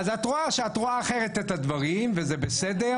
אז את רואה שאת רואה אחרת את הדברים וזה בסדר.